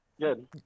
good